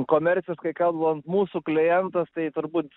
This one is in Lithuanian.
komerciškai kalbant mūsų klientas tai turbūt